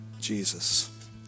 jesus